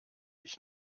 ich